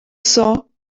saw